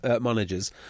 managers